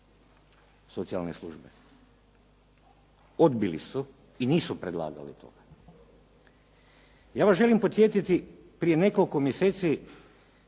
socijalne služe, odbili su i nisu predlagali o tome. Ja vas želim podsjetiti prije nekoliko mjeseci